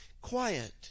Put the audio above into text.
Quiet